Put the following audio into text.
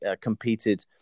competed